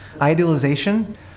idealization